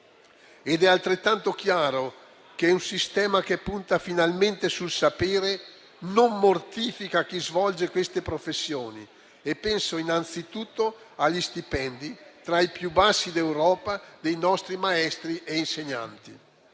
ed è altrettanto chiaro che un sistema che punta finalmente sul sapere non mortifica chi svolge queste professioni e penso innanzitutto agli stipendi, tra i più bassi d'Europa, dei nostri maestri e insegnanti.